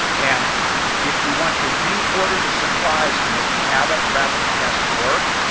and if you want to re-order the supplies to make the abbott rapid test work,